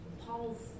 Paul's